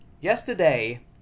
yesterday